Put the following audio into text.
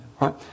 right